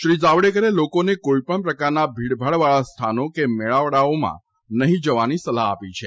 શ્રી જાવડેકરે લોકોને કોઇ પણ પ્રકારના ભીડ ભાડ વાળા સ્થાનો કે મેળાવળાઓમાં નહિ જવાની સલાહ આપી છે